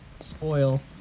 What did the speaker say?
spoil